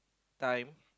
time